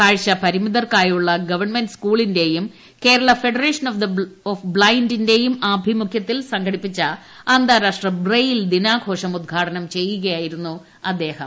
കാഴ്ച്പരിമിതർക്കായുള്ള government സ്കൂളിന്റെയും Kerala federation of the ബ്ലൈൻഡിന്റെയും ആഭിമുഖൃത്തിൽ സംഘടിപ്പിച്ച ഉദ്ഘാടനം അന്താരാഷ്ട്ര ബ്രെയിൽ ദിനാഘോഷം ചെയ്യുകയായിരന്നു അദ്ദേഹം